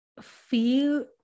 feel